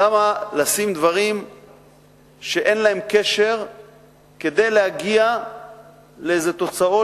למה לשים דברים שאין להם קשר כדי להגיע לאיזה תוצאות